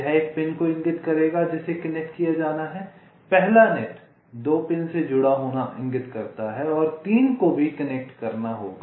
यह एक पिन को इंगित करेगा जिसे कनेक्ट किया जाना है पहला नेट 2 पिन से जुड़ा होना इंगित करता है और 3 को भी कनेक्ट करना होगा